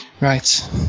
Right